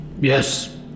Yes